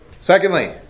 secondly